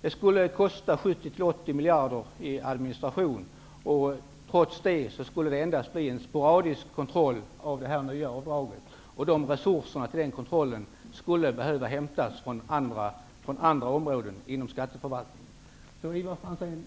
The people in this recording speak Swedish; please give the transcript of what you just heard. Det skulle kosta 70-- 80 miljarder i administration, och trots det skulle det endast bli en sporadisk kontroll av det nya avdraget. Resurserna till den kontrollen skulle behöva hämtas från andra områden inom skatteförvaltningen. Ivar Franzén!